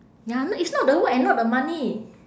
ya n~ it's not the work and not the money